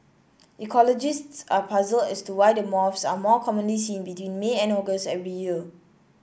ecologists are puzzled as to why the moths are more commonly seen between May and August every year